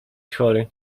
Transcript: chory